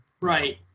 right